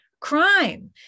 crime